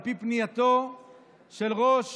על פי פנייתו של ראש